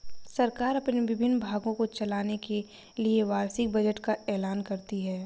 सरकार अपने विभिन्न विभागों को चलाने के लिए वार्षिक बजट का ऐलान करती है